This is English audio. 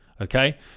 okay